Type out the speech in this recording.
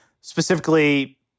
specifically